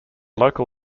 local